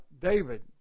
David